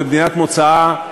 במדינת מוצאה,